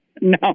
No